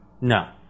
No